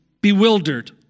bewildered